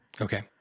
Okay